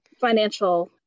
financial